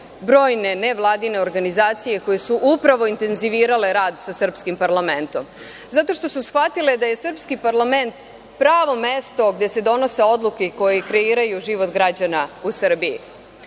brojne nevladine organizacije, koje su upravo intenzivirale rad sa srpskim parlamentom, zato što su shvatile da je srpski parlament pravo mesto gde se donose odluke koje i kreiraju život građana u Srbiji.